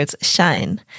shine